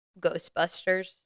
Ghostbusters